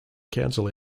council